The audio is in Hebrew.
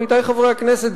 עמיתי חברי הכנסת,